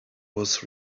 was